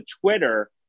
Twitter